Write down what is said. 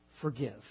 forgive